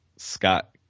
Scott